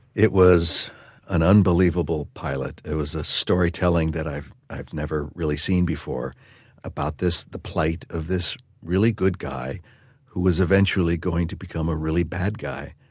it was an unbelievable pilot. it was ah storytelling that i've i've never really seen before about the plight of this really good guy who was eventually going to become a really bad guy.